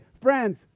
friends